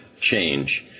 change